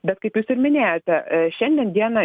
bet kaip jūs ir minėjote šiandien dieną